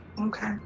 Okay